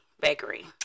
Bakery